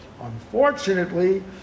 Unfortunately